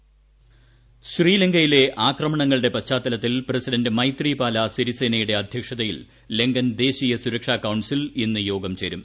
hold voice ശ്രീലങ്കയിലെ ആക്രമണങ്ങളുടെ പശ്ചാത്തലത്തിൽ പ്രസിഡന്റ് മൈത്രിപാല സിരിസേനയുടെ അധ്യക്ഷതയിൽ ലങ്കൻ ദേശീയ സുരക്ഷാ കൌൺസിൽ ഇന്ന് യോഗം ചേരും